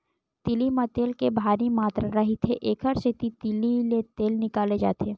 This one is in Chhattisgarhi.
तिली म तेल के भारी मातरा रहिथे, एकर सेती तिली ले तेल निकाले जाथे